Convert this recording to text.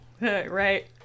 Right